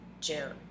June